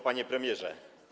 Panie Premierze!